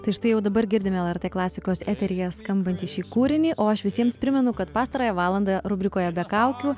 tai štai jau dabar girdime lrt klasikos eteryje skambantį šį kūrinį o aš visiems primenu kad pastarąją valandą rubrikoje be kaukių